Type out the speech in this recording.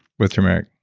with turmeric?